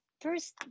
first